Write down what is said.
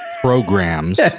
programs